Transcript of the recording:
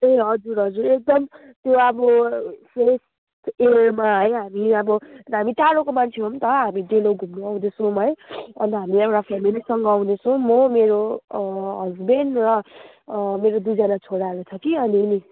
ए हजुर हजुर एकदमै त्यो अब के अरे हामी अब टाढोको मान्छे हो नि त हामी डेलो घुम्नु आउँदैछोँ है अन्त हामी फेमिलीसँग आउँदैछौँ म मेरो हसबेन्ड र अँ मेरो दुईजना छोराहरू छ कि अनि नि